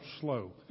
slow